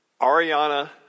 Ariana